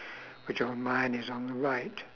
which on mine is on the right